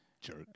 Jerk